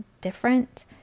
different